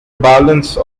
balance